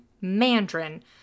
mandarin